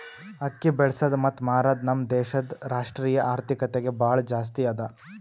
ಅಕ್ಕಿ ಬೆಳಸದ್ ಮತ್ತ ಮಾರದ್ ನಮ್ ದೇಶದ್ ರಾಷ್ಟ್ರೀಯ ಆರ್ಥಿಕತೆಗೆ ಭಾಳ ಜಾಸ್ತಿ ಅದಾ